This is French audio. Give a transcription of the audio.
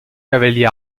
cavaliers